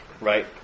right